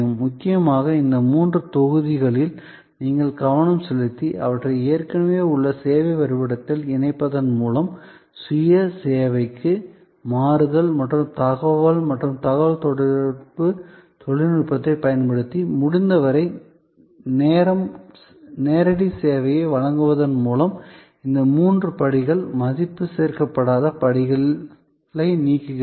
முக்கியமாக இந்த மூன்று தொகுதிகளில் கவனம் செலுத்தி அவற்றை ஏற்கனவே உள்ள சேவை வரைபடத்தில் இணைப்பதன் மூலம் சுய சேவைக்கு மாறுதல் மற்றும் தகவல் மற்றும் தகவல் தொடர்பு தொழில்நுட்பத்தைப் பயன்படுத்தி முடிந்தவரை நேரடி சேவையை வழங்குவதன் மூலம் இந்த மூன்று படிகள் மதிப்பு சேர்க்கப்படாத படிகளை நீக்குகிறது